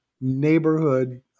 neighborhood